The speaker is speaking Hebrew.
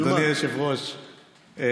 אדוני היושב-ראש,